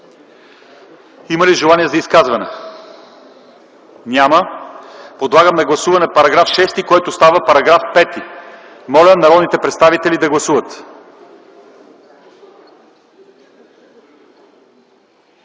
Има ли желание за изказвания? Няма. Подлагам на гласуване § 6, който става § 5. Моля, народните представители да гласуват.